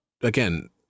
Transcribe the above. again